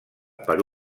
per